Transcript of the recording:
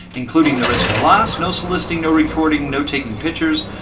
including the risk of a loss. no soliciting, no recording, no taking pictures.